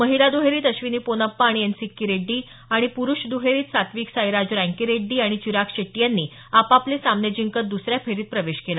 महिला दुहेरीत अश्विनी पोनाप्पा आणि एन सिक्की रेड्डी आणि पुरुष द्हेरीत सात्विक साईराज रँकीरेड्डी आणि चिराग शेट्टी यांनी आपापले सामने जिंकत द्रसऱ्या फेरीत प्रवेश केला